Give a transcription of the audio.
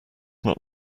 not